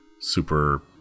super